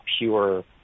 pure